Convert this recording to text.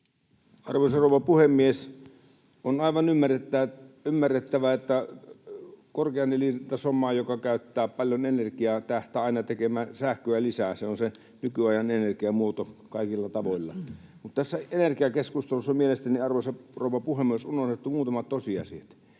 Arvoisa rouva puhemies! On aivan ymmärrettävää, että korkean elintason maa, joka käyttää paljon energiaa, tähtää aina tekemään sähköä lisää. Se on se nykyajan energiamuoto kaikilla tavoilla. Mutta tässä energiakeskustelussa mielestäni, arvoisa rouva puhemies, on unohdettu muutamat tosiasiat.